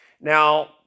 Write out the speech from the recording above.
Now